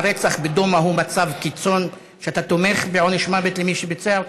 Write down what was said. הרצח בדומא הוא מצב קיצון שאתה תומך בעונש מוות למי שביצע אותו,